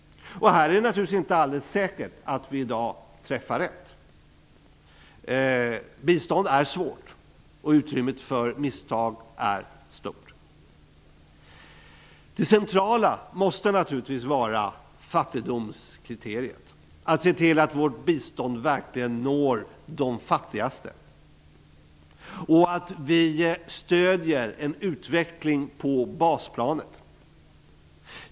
Här är det naturligtvis inte alldeles säkert att vi i dag träffar rätt. Bistånd är svårt och utrymmet för misstag är stort. Det centrala måste naturligtvis vara fattigdomskriteriet. Vi måste se till att vårt bistånd verkligen når de fattigaste och att vi stöder en utveckling på basplanet.